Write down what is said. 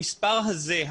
המספר הזה,